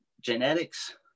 genetics